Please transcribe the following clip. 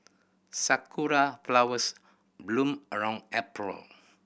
sakura flowers bloom around April